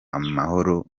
amahoro